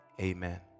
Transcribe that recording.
amen